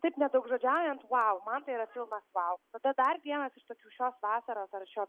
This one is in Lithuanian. taip nedaugžodžiaujant vau man tai yra filmas vau tada dar vienas iš tokių šios vasaros ar šio